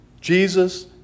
Jesus